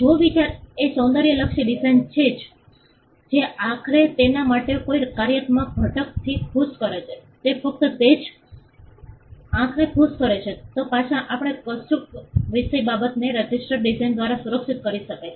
જો વિચાર એ સૌંદર્યલક્ષી ડિઝાઇન છે જે આંખને તેના માટે કોઈ કાર્યાત્મક ઘટકથી ખુશ કરે છે તે ફક્ત તે જ આંખને ખુશ કરે છે તો પછી આપણે કહીશું કે વિષય બાબતને રજિસ્ટર ડિઝાઇન દ્વારા સુરક્ષિત કરી શકાય છે